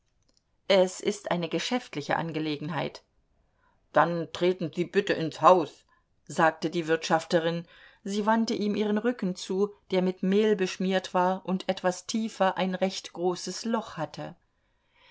es ist eine geschäftliche angelegenheit dann treten sie bitte ins haus sagte die wirtschafterin sie wandte ihm ihren rücken zu der mit mehl beschmiert war und etwas tiefer ein recht großes loch hatte